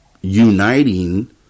uniting